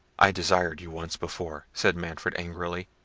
i desired you once before, said manfred angrily,